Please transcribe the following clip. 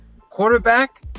quarterback